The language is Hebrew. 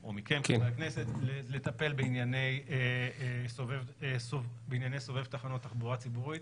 או מכם חברי הכנסת לטפל בענייני סובב תחבורה ציבורית